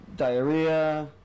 diarrhea